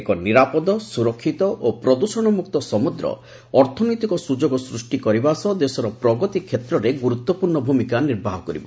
ଏକ ନିରାପଦ ସୁରକ୍ଷିତ ଓ ପ୍ରଦୃଷଣ ମୁକ୍ତ ସମୁଦ୍ର ଅର୍ଥନୈତିକ ସୁଯୋଗ ସୃଷ୍ଟି କରିବା ସହ ଦେଶର ପ୍ରଗତି କ୍ଷେତ୍ରରେ ଗୁରୁତ୍ୱପୂର୍ଣ୍ଣ ଭୂମିକା ନିର୍ବାହନ କରିବ